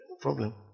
problem